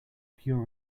pure